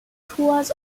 tours